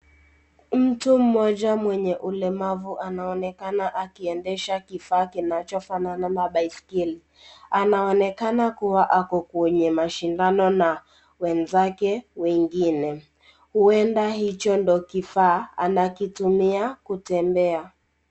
Mtu mmoja mwenye ulemavu anaonekana akiendesha kifaa kinachofanana na baiskeli. Anaonekana kuwa kwenye mashindano na wenzake wengine. Huenda hicho ndio kifaa anakitumia kutembea.